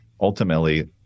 ultimately